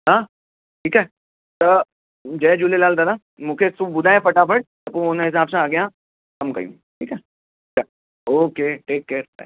हां ठीकु आहे जय झूलेलाल दादा मूंखे तूं ॿुधाए फटाफट त पोइ हुन हिसाबु सां अॻियां कमु कयूं ठीकु आहे ओके टेक केयर